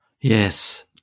Yes